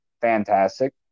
Fantastic